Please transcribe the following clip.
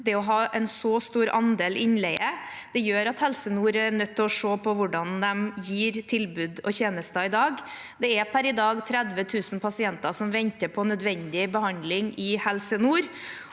det å ha en så stor andel innleie, gjør at Helse nord er nødt til å se på hvordan de gir tilbud og tjenester i dag. Det er per i dag 30 000 pasienter som venter på nødvendig behandling i Helse nord,